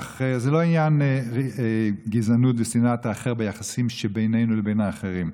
אך זה לא עניין גזענות ושנאת האחר ביחסים שבינינו לבין האחרים.